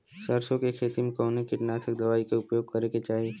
सरसों के खेत में कवने कीटनाशक दवाई क उपयोग करे के चाही?